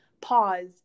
pause